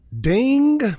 Ding